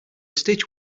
stitch